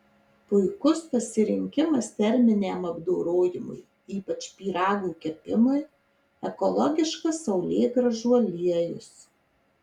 puikus pasirinkimas terminiam apdorojimui ypač pyragų kepimui ekologiškas saulėgrąžų aliejus